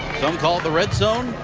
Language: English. some call it the red zone.